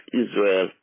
Israel